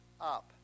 up